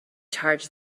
charge